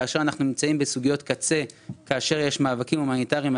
כאשר אנחנו נמצאים בסוגיות קצה כאשר יש מאבקים הומניטריים,